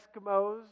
Eskimos